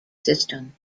system